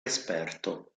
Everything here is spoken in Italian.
esperto